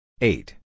Eight